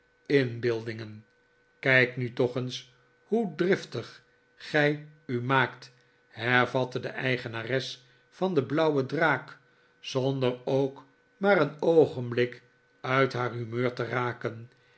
inbeeldingen kijk nu toch eens hoe driftig gij u maakt hervatte de eigenares van de blauwe draak zonder ook maar een oogenblik uit haar humeur te raken